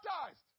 baptized